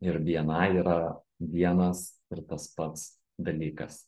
ir bni yra vienas ir tas pats dalykas